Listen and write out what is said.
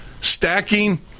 stacking